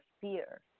fear